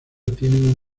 tienen